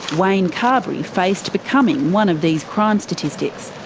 wayne carberry faced becoming one of these crime statistics.